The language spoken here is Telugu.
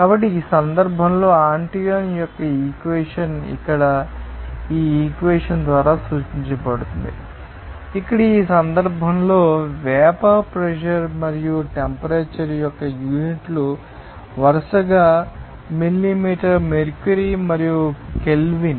కాబట్టి ఈ సందర్భంలో ఈ ఆంటోయిన్ యొక్క ఈ ఇక్వేషన్ ఇక్కడ ఈ ఇక్వేషన్ ద్వారా సూచించబడుతుంది ఇక్కడ ఈ సందర్భంలో వేపర్ ప్రెషర్ మరియు టెంపరేచర్ యొక్క యూనిట్లు వరుసగా మిల్లీమీటర్ మెర్క్యూరీ మరియు కెల్విన్